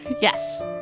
Yes